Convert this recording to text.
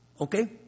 Okay